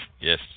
yes